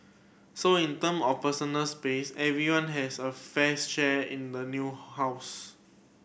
so in term of personal space everyone has a fair share in the new house